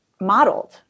modeled